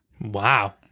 Wow